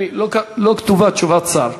לא כתובה תשובת שר.